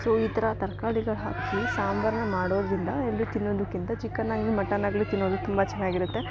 so ಈ ಥರ ತರ್ಕಾರಿಗಳು ಹಾಕಿ ಸಾಂಬಾರನ್ನ ಮಾಡೋದ್ರಿಂದ ಇಲ್ಲಿ ತಿನ್ನೋದ್ಕಿಂತ ಚಿಕನಾಗಲಿ ಮಟನಾಗಲಿ ತಿನ್ನೋದು ತುಂಬ ಚೆನ್ನಾಗಿರುತ್ತೆ